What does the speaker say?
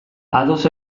ados